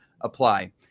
apply